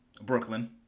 Brooklyn